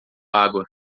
água